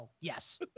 yes